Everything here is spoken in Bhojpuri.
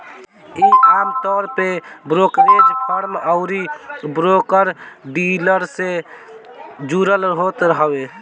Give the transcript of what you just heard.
इ आमतौर पे ब्रोकरेज फर्म अउरी ब्रोकर डीलर से जुड़ल होत हवे